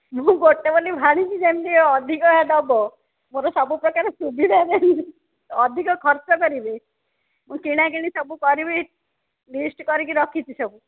ମୁଁ ଗୋଟେ ବୋଲି ଭାଣିଜୀ ଯେମିତି ଅଧିକା ଦେବ ମୋର ସବୁ ପ୍ରକାର ସୁବିଧା ଯେମିତି ଅଧିକ ଖର୍ଚ୍ଚ କରିବି ମୁଁ କିଣାକିଣି ସବୁ କରିବି ଲିଷ୍ଟ୍ କରିକି ରଖିଛି ସବୁ